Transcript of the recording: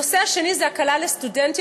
הנושא השני זה הקלה לסטודנטיות.